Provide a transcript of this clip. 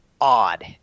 odd